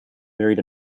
married